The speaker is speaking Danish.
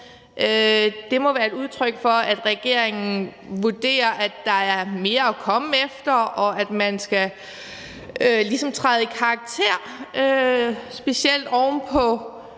Det må være et udtryk for, at regeringen vurderer, at der er mere at komme efter, og at man ligesom skal træde i karakter, specielt oven på